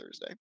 Thursday